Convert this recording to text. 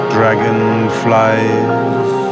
Dragonflies